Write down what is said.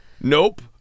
Nope